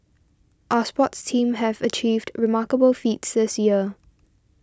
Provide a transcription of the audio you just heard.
our sports teams have achieved remarkable feats this year